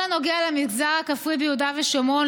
בכל הנוגע למגזר הכפרי ביהודה ושומרון,